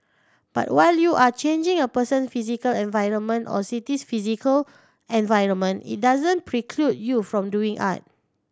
but while you are changing a person physical environment or city's physical environment it doesn't preclude you from doing art